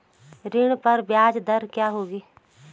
ऋण पर ब्याज दर क्या होगी?